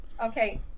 Okay